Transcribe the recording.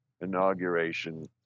inauguration